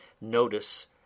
notice